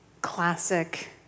classic